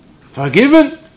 forgiven